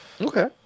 Okay